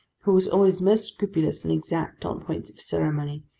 who was always most scrupulous and exact on points of ceremony,